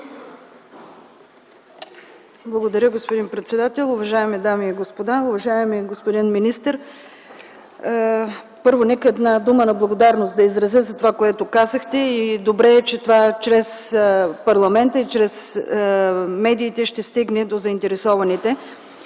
Благодаря, господин председател. Уважаеми дами и господа, уважаеми господин министър! Първо, нека една дума на благодарност да изразя за това, което казахте, и добре е, че това чрез парламента и чрез медиите ще стигне до заинтересованите.